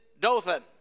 Dothan